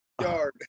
yard